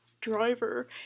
driver